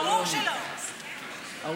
עכשיו,